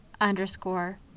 underscore